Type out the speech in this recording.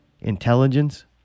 intelligence